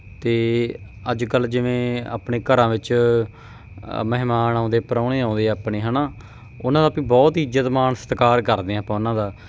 ਅਤੇ ਅੱਜ ਕੱਲ੍ਹ ਜਿਵੇਂ ਆਪਣੇ ਘਰਾਂ ਵਿੱਚ ਮਹਿਮਾਨ ਆਉਂਦੇ ਪ੍ਰਾਹੁਣੇ ਆਉਂਦੇ ਆਪਣੇ ਹੈ ਨਾ ਉਹਨਾਂ ਦਾ ਵੀ ਬਹੁਤ ਇੱਜ਼ਤ ਮਾਣ ਸਤਿਕਾਰ ਕਰਦੇ ਹਾਂ ਆਪਾਂ ਉਹਨਾਂ ਦਾ